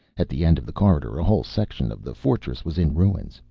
at the end of the corridor a whole section of the fortress was in ruins.